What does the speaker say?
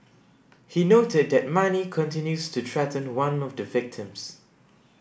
he noted that Mani continued to threaten one of the victims